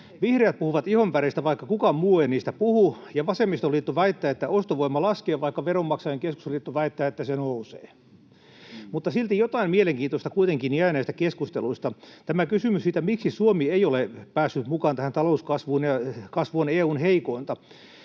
Vihreät puhuvat ihonväreistä, vaikka kukaan muu ei niistä puhu. Ja vasemmistoliitto väittää, että ostovoima laskee, vaikka Veronmaksajain Keskusliitto väittää, että se nousee. Mutta silti jotain mielenkiintoista kuitenkin jää näistä keskusteluista, tämä kysymys siitä, miksi Suomi ei ole päässyt mukaan tähän talouskasvuun ja kasvu on EU:n heikointa.